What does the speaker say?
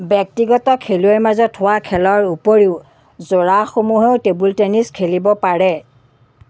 ব্যক্তিগত খেলুৱৈৰ মাজত হোৱা খেলৰ উপৰিও যোৰাসমূহেও টেবুল টেনিছ খেলিব পাৰে